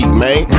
man